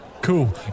Cool